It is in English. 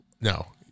No